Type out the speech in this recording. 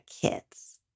kids